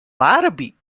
árabe